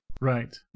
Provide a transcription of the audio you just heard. Right